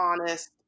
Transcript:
honest